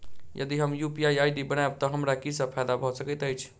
यदि हम UPI ID बनाबै तऽ हमरा की सब फायदा भऽ सकैत अछि?